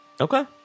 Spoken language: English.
Okay